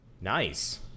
Nice